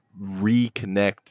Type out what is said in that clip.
reconnect